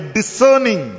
discerning